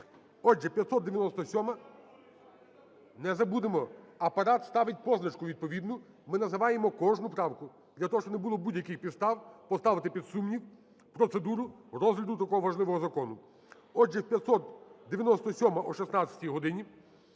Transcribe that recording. Отже, 597-а. Не забудемо, Апарат ставить позначку відповідну. Ми називаємо кожну правку, для того щоб не було будь-яких підстав поставити під сумнів процедуру розгляду такого важливого закону. Отже, 597-а - о 16 годині.